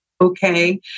okay